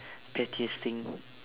pettiest thing